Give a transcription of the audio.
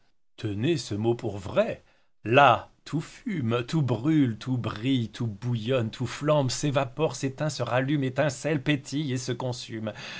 tenez ce mot pour vrai là tout fume tout brûle tout brille tout bouillonne tout flambe s'évapore s'éteint se rallume étincelle pétille et se consume